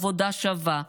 עבודה שווה,